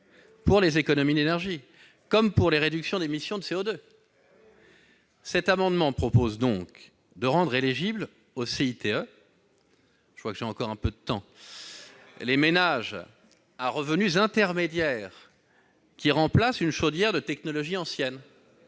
tant d'économies d'énergie que de réduction des émissions de CO2. Cet amendement prévoit donc de rendre éligibles au CITE les ménages à revenus intermédiaires qui remplacent une chaudière de technologie ancienne-